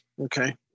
Okay